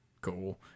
Cool